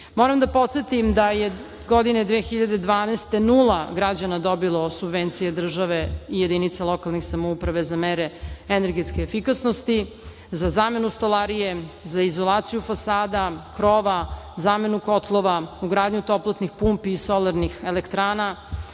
Moram da podsetim da je godine 2012. godine nula građana dobilo subvencije države i jedinica lokalnih samouprava za mere energetske efikasnosti, za zamenu stolarije, za izolaciju fasada, krova, zamenu kotlova, ugradnju toplotnih pumpi i solarnih elektrana,